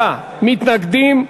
53 מתנגדים,